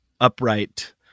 upright